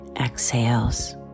exhales